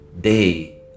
day